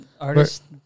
artists